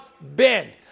Bend